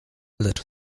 lecz